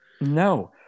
No